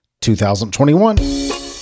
2021